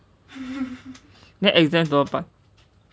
then exam 怎么办